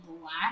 black